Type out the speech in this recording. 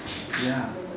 ya